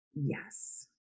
Yes